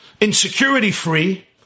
insecurity-free